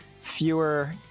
fewer